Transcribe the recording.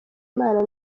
imana